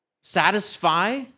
satisfy